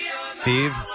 Steve